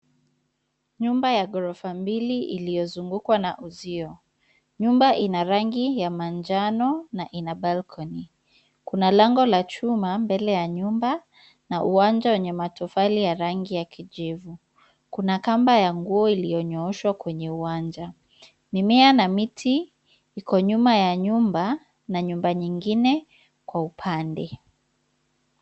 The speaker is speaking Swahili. Nyumba ya ghorofa mbili iliyozungukwa na uzio. Nyumba ina rangi ya manjano na ina balcony .Kuna lango la chuma mbele ya nyumba na uwanja wenye matofali ya rangi ya kijivu. Kuna kamba ya nguo iliyonyooshwa kwenye uwanja. Mimea na miti iko nyuma ya nyumba na nyumba nyingine kwa upande.